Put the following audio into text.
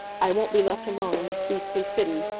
i won't be left alone in this beastly city!